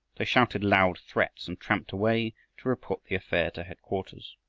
they shouted loud threats and tramped away to report the affair to headquarters.